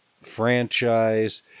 franchise